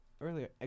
earlier